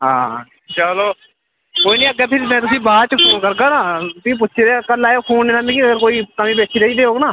हां चलो कोई निं अग्गे फ्ही में तुसें ई बाद च फोन करगा ना भी पुच्छी लैएओ करी लैएओ फोन मिगी अगर कोई कमी पेशी रेही दी होग ना